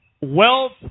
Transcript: wealth